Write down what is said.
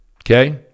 Okay